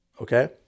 Okay